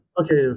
Okay